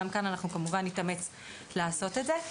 גם כאן אנחנו כמובן נתאמץ לעשות את זה.